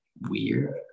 weird